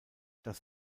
das